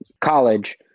college